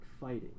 fighting